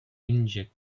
inject